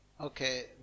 Okay